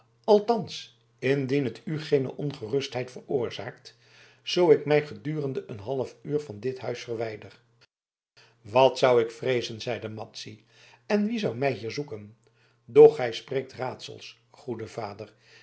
althans indien het u geene ongerustheid veroorzaakt zoo ik mij gedurende een halfuur van dit huis verwijder wat zou ik vreezen zeide madzy en wie zou mij hier zoeken doch gij spreekt raadsels goede vader